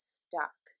stuck